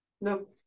No